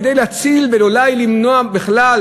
כדי להציל ואולי למנוע בכלל,